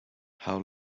how